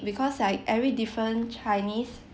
because like every different chinese